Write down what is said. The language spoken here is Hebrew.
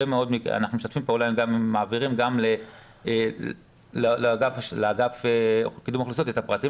אנחנו משתפים פעולה ומעבירים גם לאגף לקידום אוכלוסיות את הפרטים